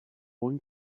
buen